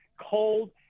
cold